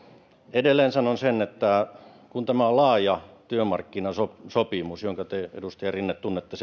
edelleen sanon sen että kun tämä on laaja työmarkkinasopimus jonka järjestelmän te edustaja rinne tunnette